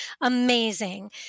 amazing